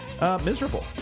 Miserable